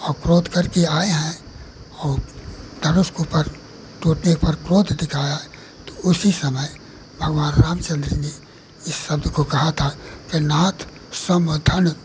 और क्रोध करके आए हैं और धनुष के ऊपर टूटे पर क्रोध दिखाया है तो उसी समय भगवान रामचन्द्र जी इस शब्द को कहा था कि नाथ समधन